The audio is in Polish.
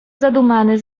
zadumany